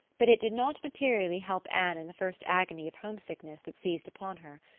but it did not materially help anne in the first agony of homesickness that seized upon her.